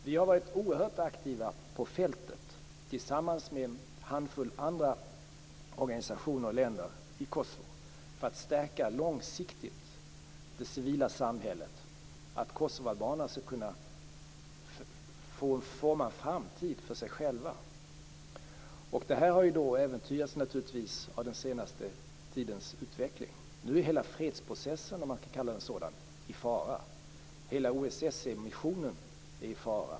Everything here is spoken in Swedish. Vi har varit oerhört aktiva på fältet tillsammans med en handfull andra organisationer och länder i Kosovo för att långsiktigt stärka det civila samhället så att kosovoalbanerna skall kunna forma en framtid för sig själva. Detta äventyras naturligtvis av den senaste tidens utveckling. Nu är hela fredsprocessen och hela OSSE missionen i fara.